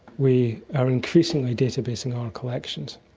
we are increasingly data basing our collections,